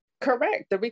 correct